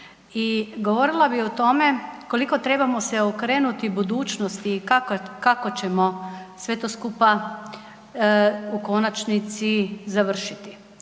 i govorila bi o tome koliko trebamo se okrenuti budućnosti i kako ćemo sve to skupa u konačnici završiti,